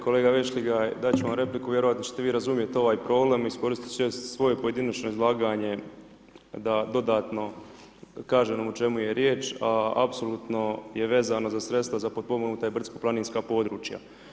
Kolega Vešligaj, dati ću vam repliku, vjerojatno ćete vi razumjeti ovaj problem, iskoristiti ću svoje pojedinačno izlaganje, da dodatno kažem o čemu je riječ, a apsolutno je vezano za sredstva za potpomognuta brdsko planinska područja.